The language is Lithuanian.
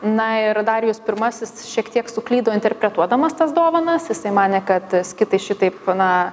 na ir darijus pirmasis šiek tiek suklydo interpretuodamas tas dovanas jisai manė kad skitai šitaip na